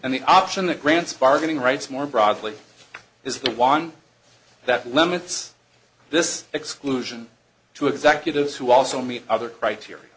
and the option that grants bargaining rights more broadly is the one that limits this exclusion to executives who also meet other criteria